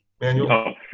manual